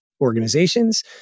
organizations